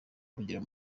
urugero